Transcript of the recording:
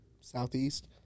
southeast